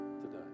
today